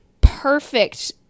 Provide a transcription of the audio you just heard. perfect